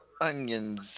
onions